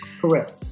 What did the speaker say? Correct